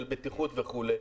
של בטיחות וכולי,